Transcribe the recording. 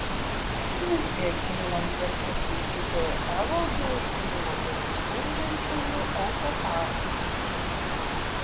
visgi akylam delfi skaitytojui evaldui užkliuvo besiskundžiančiųjų autoparkas